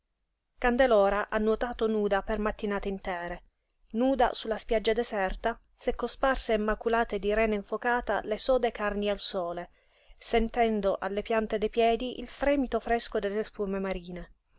quella veste candelora ha nuotato nuda per mattinate intere nuda su la spiaggia deserta s'è cosparse e maculate di rena infocata le sode carni al sole sentendo alle piante dei piedi il fremito fresco delle spume marine